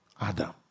Adam